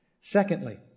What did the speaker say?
Secondly